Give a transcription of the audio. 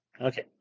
okay